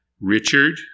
Richard